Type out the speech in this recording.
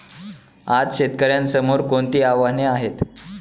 आज शेतकऱ्यांसमोर कोणती आव्हाने आहेत?